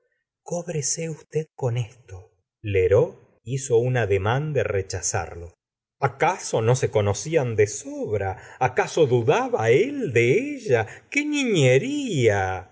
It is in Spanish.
cóbrese usted con esto lheureux hizo ademán de rechazarlo acaso no se conocían de sobra acaso dudaba él de ella qué niñería